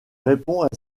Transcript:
répond